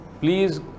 Please